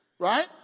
Right